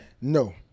No